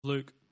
Luke